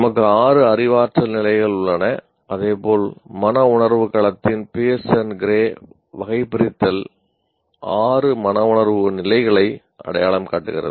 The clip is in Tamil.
நமக்கு ஆறு அறிவாற்றல் நிலைகள் உள்ளன அதேபோல் மனவுணர்வு களத்தின் பியர்ஸ் கிரே வகைபிரித்தல் ஆறு மனவுணர்வு நிலைகளை அடையாளம் காட்டுகிறது